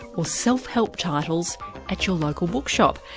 or self-help titles at your local book shop?